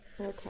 Okay